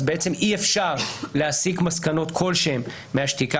אי אפשר להסיק מסקנות כלשהן מהשתיקה,